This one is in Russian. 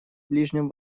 ближнем